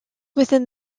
within